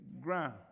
ground